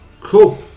Cool